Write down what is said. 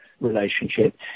relationship